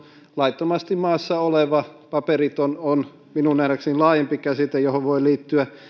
laittomasti maassa oleva paperiton on minun nähdäkseni laajempi käsite johon voi liittyä